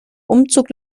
umzug